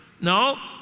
No